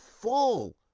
full